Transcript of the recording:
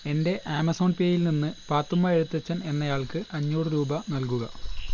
എൻ്റെ ആമസോൺ പേയിൽ നിന്ന് പാത്തുമ്മ എഴുത്തച്ഛൻ എന്നയാൾക്ക് അഞ്ഞൂറ് രൂപ നൽകുക